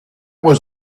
was